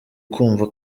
kumva